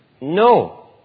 No